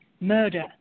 Murder